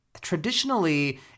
traditionally